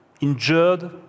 injured